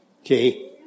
Okay